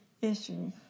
issue